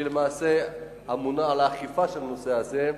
שהיא למעשה הממונה על האכיפה של הנושא הזה.